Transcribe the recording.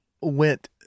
went